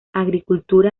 agricultura